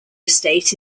estate